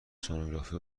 سنوگرافی